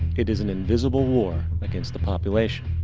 it is an invisible war against the population.